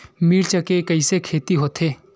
मिर्च के कइसे खेती होथे?